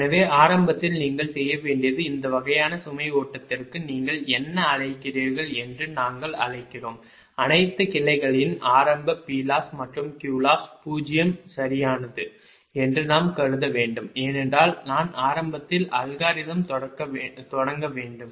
எனவே ஆரம்பத்தில் நீங்கள் செய்ய வேண்டியது இந்த வகையான சுமை ஓட்டத்திற்கு நீங்கள் என்ன அழைக்கிறீர்கள் என்று நாங்கள் அழைக்கிறோம் அனைத்து கிளைகளின் ஆரம்ப Ploss மற்றும் Qloss 0 சரியானது என்று நாம் கருத வேண்டும் ஏனென்றால் நான் ஆரம்பத்தில் அல்காரிதம் தொடங்க வேண்டும்